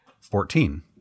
Fourteen